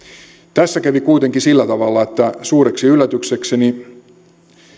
tässä kävi kuitenkin sillä tavalla että suureksi yllätyksekseni